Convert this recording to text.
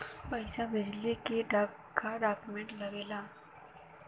पैसा भेजला के का डॉक्यूमेंट लागेला?